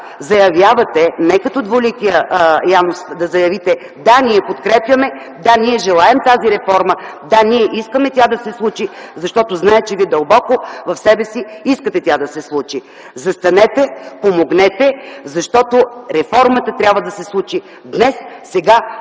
и сега, не като двуликия Янус, да заявите: „Да, ние подкрепяме! Да, ние желаем тази реформа! Да, ние искаме тя да се случи”, защото знам, че дълбоко в себе си искате тя да се случи. Застанете, помогнете! Защото реформата трябва да се случи днес, сега